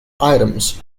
items